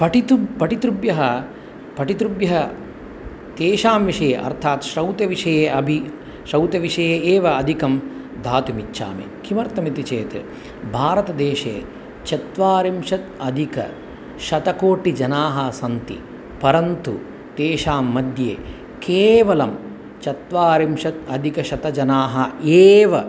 पठितुं पठित्रुभ्यः पठित्रुभ्यः तेषां विषये अर्थात् श्रौतविषये अपि श्रौतविषये एव अधिकं दातुमिच्छामि किमर्थमिति इति चेत् भारतदेश चत्वारिंशत् अधिकशतकोटिजनाः सन्ति परन्तु तेषां मध्ये केवलं चत्वारिंशत् अधिकशतजनाः एव